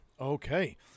okay